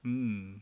um